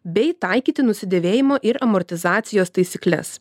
bei taikyti nusidėvėjimo ir amortizacijos taisykles